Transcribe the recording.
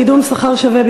לקידום שכר שווה".